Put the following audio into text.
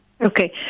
Okay